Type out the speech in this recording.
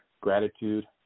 gratitude